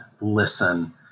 listen